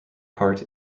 part